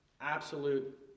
Absolute